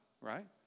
Right